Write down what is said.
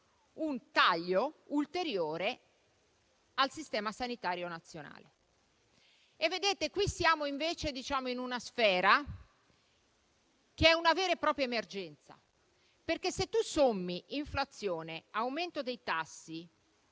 un taglio ulteriore al Servizio sanitario nazionale. Qui siamo in una sfera che è una vera e propria emergenza, perché se sommiamo inflazione, aumento dei tassi